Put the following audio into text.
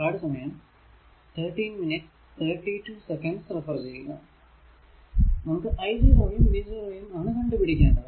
നമുക്ക് i 0 യും v 0 യും ആണ് കണ്ടു പിടിക്കേണ്ടത്